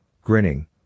grinning